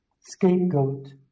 scapegoat